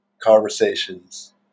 conversations